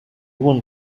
want